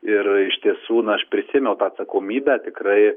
ir iš tiesų na aš prisiėmiau tą atsakomybę tikrai